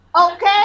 okay